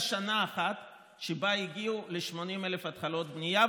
שנה אחת שבה הגיעו ל-80,000 התחלות בנייה,